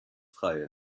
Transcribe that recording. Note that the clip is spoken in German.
freie